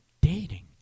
dating